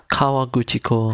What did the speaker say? kawaguchiko